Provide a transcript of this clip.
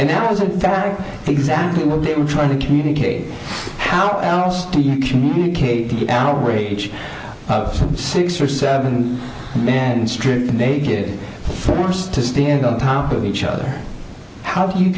and how is it that exactly what they were trying to communicate how else do you communicate the outrage of six or seven men stripped naked forced to stand on top of each other how do you